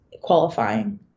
qualifying